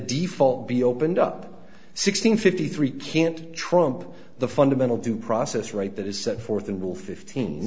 default be opened up sixteen fifty three can't trump the fundamental due process right that is set forth and will fifteen